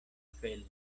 felo